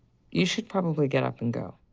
you should probably get up and go.